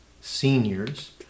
seniors